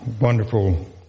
wonderful